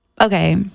okay